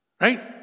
Right